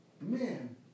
Man